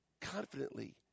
confidently